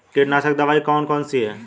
कीटनाशक दवाई कौन कौन सी हैं?